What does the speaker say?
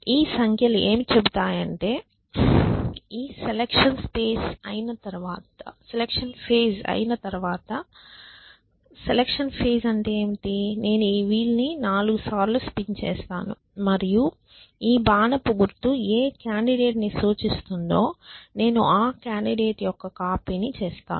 ఈ సంఖ్యలు ఏమి చెబుతాయంటే ఈ సెలక్షన్ స్పేస్ అయిన తర్వాత సెలక్షన్ స్పేస్ అంటే ఏమిటి నేను ఈ వీల్ ని 4 సార్లు స్పిన్ చేస్తాను మరియు ఈ బాణపు గుర్తు ఏ కాండిడేట్ ని సూచిస్తుందో నేను ఆ కాండిడేట్ యొక్క కాపీని చేస్తాను